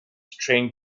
train